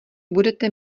budete